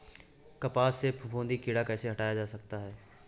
कपास से फफूंदी कीड़ा कैसे हटाया जा सकता है?